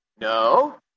No